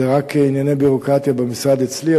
זה רק ענייני ביורוקרטיה במשרד אצלי,